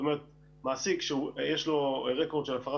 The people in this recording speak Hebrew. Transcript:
זאת אומרת מעסיק שיש לו רקורד של הפרת